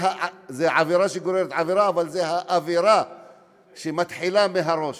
עבירה גוררת עבירה, אבל זו עבירה שמתחילה מהראש.